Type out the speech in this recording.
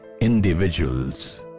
individuals